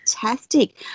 Fantastic